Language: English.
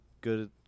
good